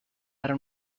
era